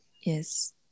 Yes